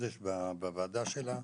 קודש בוועדה שלה.